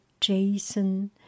Jason